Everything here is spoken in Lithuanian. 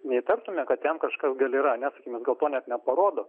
neįtartume kad jam kažką gal yra nes sakykim gal to net neparodo